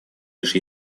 лишь